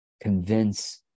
convince